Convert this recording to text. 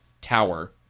tower